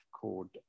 called